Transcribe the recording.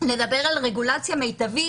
לדבר על רגולציה מיטבית,